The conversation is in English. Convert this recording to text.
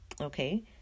Okay